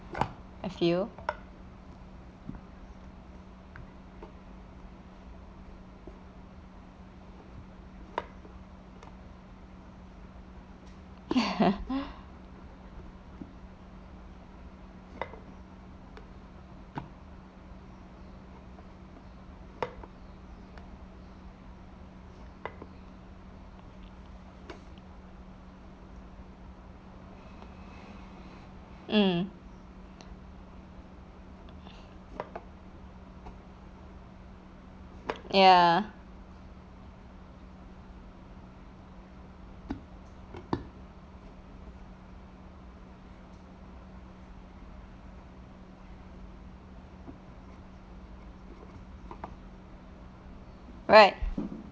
I feel mm ya right